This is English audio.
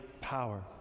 power